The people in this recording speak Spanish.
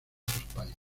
países